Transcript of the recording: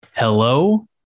Hello